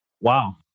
wow